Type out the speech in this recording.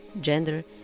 gender